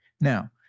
Now